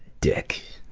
dick.